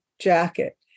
jacket